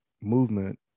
movement